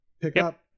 pickup